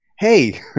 hey